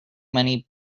many